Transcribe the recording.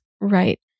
right